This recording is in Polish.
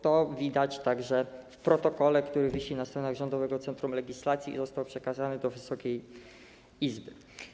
To widać także w protokole, który wisi na stronach Rządowego Centrum Legislacji i został przekazany do Wysokiej Izby.